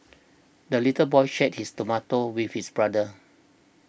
the little boy shared his tomato with his brother